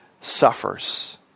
suffers